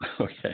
Okay